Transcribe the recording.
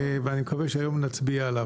ואני מקווה שהיום נצביע עליו.